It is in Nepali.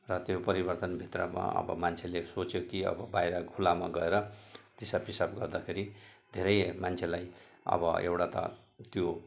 र त्यो परिवर्तन भित्रमा अब मान्छेले सोच्यो कि अब बाहिर खुलामा गएर दिसा पिसाब गर्दाखेरि धेरै मान्छेलाई अब एउटा त त्यो